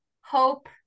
hope